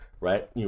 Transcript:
right